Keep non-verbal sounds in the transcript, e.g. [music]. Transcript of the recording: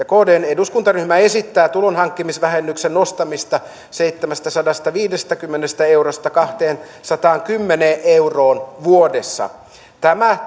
[unintelligible] kdn eduskuntaryhmä esittää tulonhankkimisvähennyksen nostamista seitsemästäsadastaviidestäkymmenestä eurosta kahdeksaansataankymmeneen euroon vuodessa tämä [unintelligible]